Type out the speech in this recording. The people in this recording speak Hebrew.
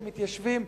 של מתיישבים.